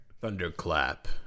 Thunderclap